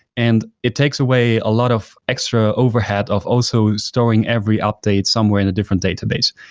and it takes away a lot of extra overhead of also storing every update somewhere in a different database.